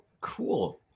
cool